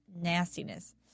nastiness